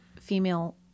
female